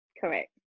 correct